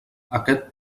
aquest